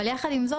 אבל יחד עם זאת,